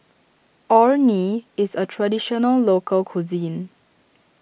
Orh Nee is a Traditional Local Cuisine